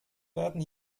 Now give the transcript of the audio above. werden